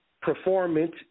performance